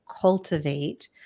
cultivate